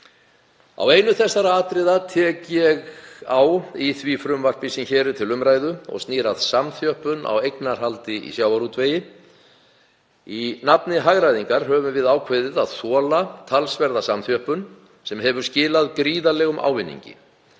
Á einu þessara atriða tek ég í því frumvarpi sem hér er til umræðu og snýr að samþjöppun á eignarhaldi í sjávarútvegi. Í nafni hagræðingar höfum við ákveðið að þola talsverða samþjöppun sem hefur skilað gríðarlegum ávinningi.